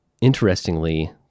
interestingly